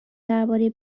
درباره